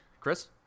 Chris